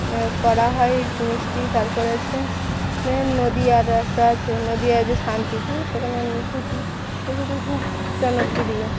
করা হয় এই মিষ্টি তারপরে আছে যে নদীয়ার একটা আছে নদীয়া যে শান্তিপুর সেখানকার নিখুঁতি নিখুঁতি খুব জনপ্রিয়